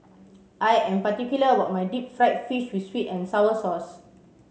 I am particular about my deep fried fish with sweet and sour sauce